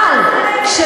אבל, את מסלפת.